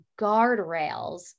guardrails